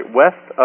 west